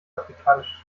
afrikanisches